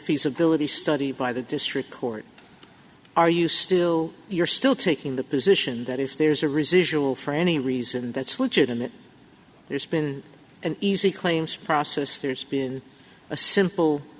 feasibility study by the district court are you still you're still taking the position that if there's a residual for any reason that's legit and that there's been an easy claims process there's been a simple